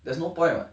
there's no point [what]